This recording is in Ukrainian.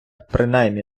принаймні